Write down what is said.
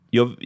Jag